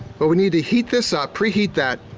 but we need to heat this up, preheat that,